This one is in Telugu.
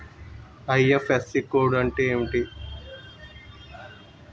ఐ.ఫ్.ఎస్.సి కోడ్ అంటే ఏంటి?